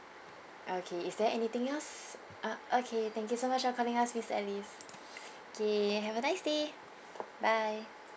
okay is there anything else uh okay thank you so much for calling us miss alice okay have a nice day bye